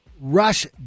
rush